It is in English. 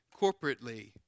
corporately